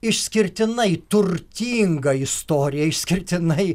išskirtinai turtinga istorija išskirtinai